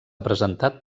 presentat